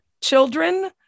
children